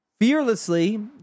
fearlessly